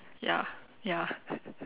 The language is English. ya ya